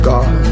God